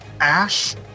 Ash